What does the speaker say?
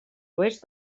oest